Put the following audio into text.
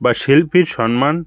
বা শিল্পীর সম্মান